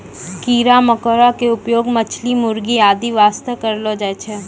कीड़ा मकोड़ा के उपयोग मछली, मुर्गी आदि वास्तॅ करलो जाय छै